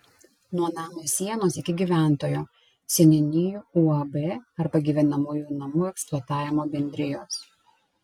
nuo namo sienos iki gyventojo seniūnijų uab arba gyvenamųjų namų eksploatavimo bendrijos